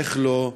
איך לא?